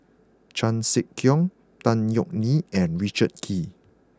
Chan Sek Keong Tan Yeok Nee and Richard Kee